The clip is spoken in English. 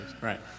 right